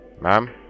Ma'am